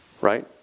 Right